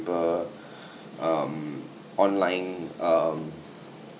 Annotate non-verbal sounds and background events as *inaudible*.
*breath* um online um